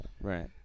Right